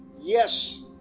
Yes